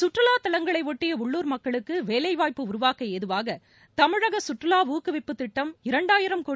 சுற்றுலா தவங்களை ஒட்டிய உள்ளுர் மக்களுக்கு வேலைவாய்ப்பு உருவாக்க ஏதுவாக தமிழக சுற்றுலா ஊக்குவிப்பு திட்டம் இரண்டாயிரம் கோடி